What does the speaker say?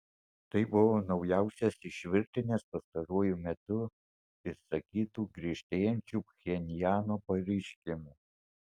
tai buvo naujausias iš virtinės pastaruoju metu išsakytų griežtėjančių pchenjano pareiškimų